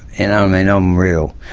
and i'm and um real.